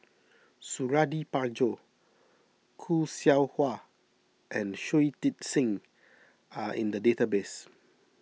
Suradi Parjo Khoo Seow Hwa and Shui Tit Sing are in the database